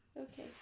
Okay